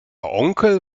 onkel